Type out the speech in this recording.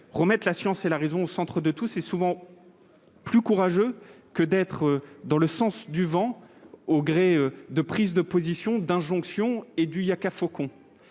remettre la science et la raison, au centre de tout, c'est souvent plus courageux que d'être dans le sens du vent au gré de prises de position d'injonction et du yakafokon